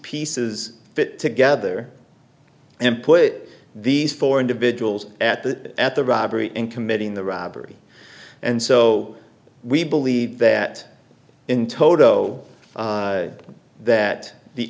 pieces fit together and put these four individuals at the at the robbery in committing the robbery and so we believe that in toto that the